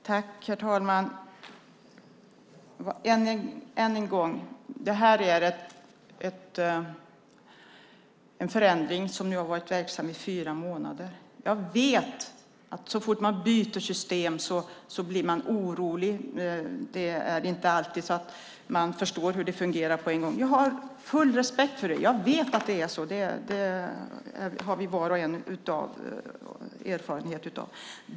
Herr talman! Än en gång: Det här är en förändring som nu har varit verksam i fyra månader. Jag vet att så fort ett system byts blir man orolig. Man förstår inte alltid hur det fungerar på en gång. Jag har full respekt för det. Jag vet att det är så. Det har vi var och en av oss erfarenhet av.